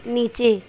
نیچے